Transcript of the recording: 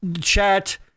chat